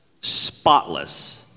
spotless